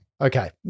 Okay